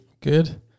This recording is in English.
Good